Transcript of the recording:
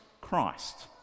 Christ